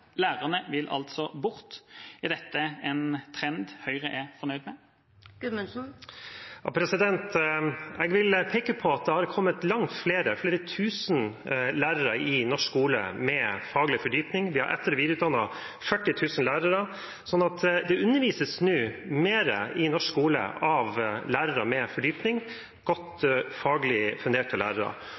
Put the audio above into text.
Lærerne vil altså bort. Er dette en trend Høyre er fornøyd med? Jeg vil peke på at det har kommet langt flere, flere tusen, lærere i norsk skole med faglig fordypning. Vi har etter- og videreutdannet 40 000 lærere, så det undervises nå mer i norsk skole av lærere med fordypning, godt faglig funderte lærere.